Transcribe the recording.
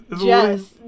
Yes